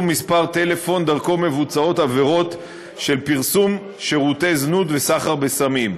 מספר טלפון שדרכו מבוצעות עבירות של פרסום שירותי זנות וסחר בסמים.